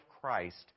Christ